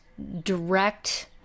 direct